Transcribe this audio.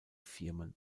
firmen